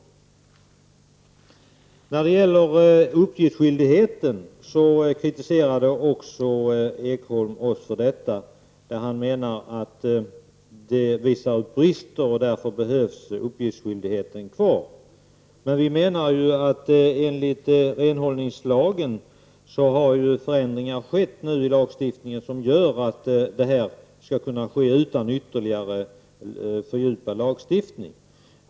Också när det gäller uppgiftsskyldigheten kritiserade Berndt Ekholm oss. Han menar att det finns vissa brister, och därför behöver uppgiftsskyldigheten vara kvar. Men det har ju skett förändringar i renhållningslagen som gör att verksamheten skall kunna skötas utan ytterligare fördjupad lagstifning.